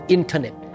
Internet